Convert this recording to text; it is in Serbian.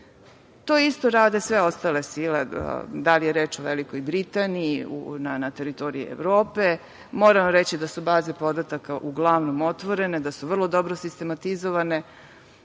To isto rade sve ostale sile, da li je reč o Velikoj Britaniji na teritoriji Evrope. Moram vam reći da su baze podataka uglavnom otvorene, vrlo dobro sistematizovane,